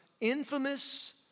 infamous